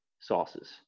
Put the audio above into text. sauces